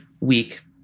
week